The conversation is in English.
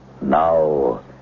Now